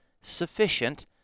sufficient